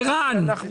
ערן, מירי,